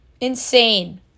Insane